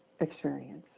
experience